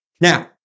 Now